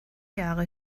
jahre